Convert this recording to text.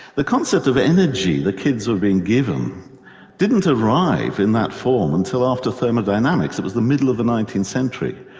the concept of energy the kids had been given didn't arrive in that form until after thermodynamics, it was the middle of the nineteenth century,